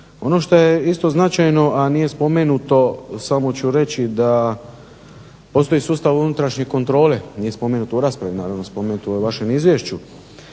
Ono što je isto značajno a nije spomenuto samo ću reći da postoji sustav unutrašnje kontrole nije spomenuto u raspravi naravno spomenuto je u ovom vašem izvješću.